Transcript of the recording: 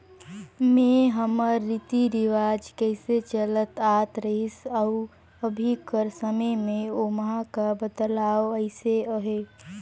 में हमर रीति रिवाज कइसे चलत आत रहिस अउ अभीं कर समे में ओम्हां का बदलाव अइस अहे